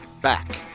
back